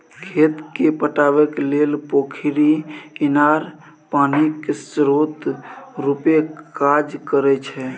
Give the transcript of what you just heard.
खेत केँ पटेबाक लेल पोखरि, इनार पानिक स्रोत रुपे काज करै छै